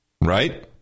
Right